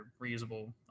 reusable